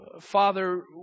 Father